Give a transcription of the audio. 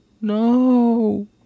No